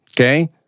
Okay